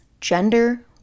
gender